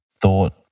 thought